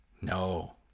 No